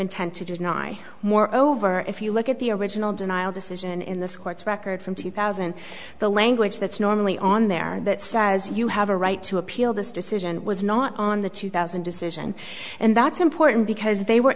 intent to do not i more over if you look at the original denial decision in this court record from two thousand the language that's normally on there that says you have a right to appeal this decision was not on the two thousand decision and that's important because they were